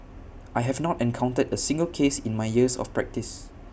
I have not encounter A single case in my years of practice